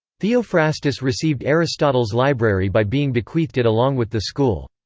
theophrastus received aristotle's library by being bequeathed it along with the school.